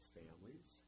families